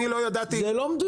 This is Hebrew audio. זה לא מדויק.